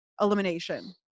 elimination